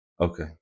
Okay